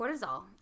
cortisol